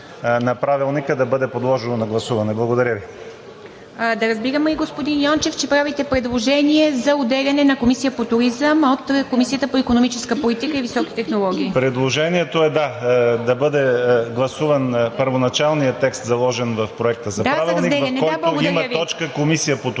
Да разбирам ли, господин Йончев, че правите предложение за отделяне на Комисия по туризъм от Комисията по икономическа политика и високи технологии? РУМЕН ЙОНЧЕВ: Предложението е да, да бъде гласуван първоначалният текст, заложен в Проекта за правилник, в който има точка „Комисия по туризъм“.